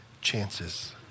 chances